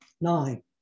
Nine